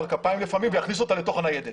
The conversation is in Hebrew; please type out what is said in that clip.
על כפיים לפעמים ויכניס אותה לתוך הניידת.